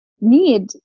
need